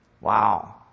Wow